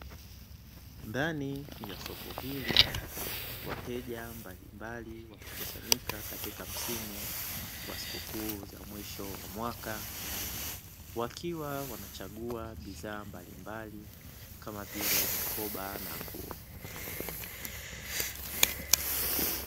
Ndani ya soko hili wateja mbalimbali wamekusanyika katika msimu wa sikukuu za mwisho wa mwaka, wakiwa wanachagua bidhaa mbalimbali kama vile, mikoba na nguo.